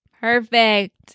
Perfect